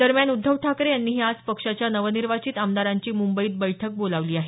दरम्यान उद्धव ठाकरे यांनीही आज पक्षाच्या नवनिर्वाचित आमदारांची मुंबईत बैठक बोलावली आहे